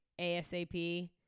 ASAP